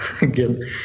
again